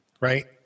right